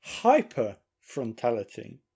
hyperfrontality